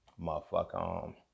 motherfucker